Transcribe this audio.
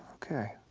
okay.